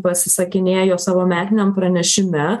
pasisakinėjo savo metiniam pranešim